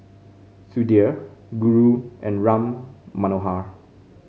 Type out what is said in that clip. Sudhir Guru and Ram Manohar